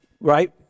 right